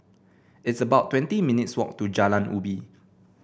it's about twenty minutes' walk to Jalan Ubi